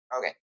okay